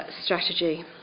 strategy